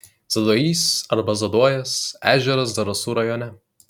zaduojys arba zaduojas ežeras zarasų rajone